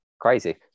crazy